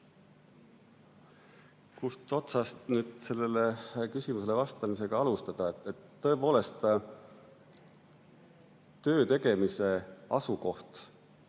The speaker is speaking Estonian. Kust otsast nüüd sellele küsimusele vastamisega alustada? Tõepoolest, töö tegemise asukoht ei